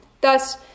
Thus